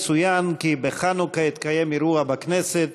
יצוין כי בחנוכה יתקיים אירוע בכנסת,